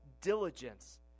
diligence